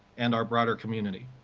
and our broader community.